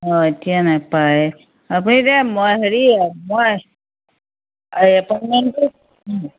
অঁ এতিয়া নেপায় আপুনি এতিয়া মই হেৰি মই এপইণ্টমেণ্টটো